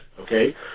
okay